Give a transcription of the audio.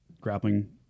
grappling